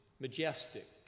majestic